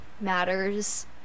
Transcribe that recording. matters